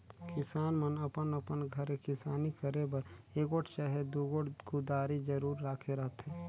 किसान मन अपन अपन घरे किसानी करे बर एगोट चहे दुगोट कुदारी जरूर राखे रहथे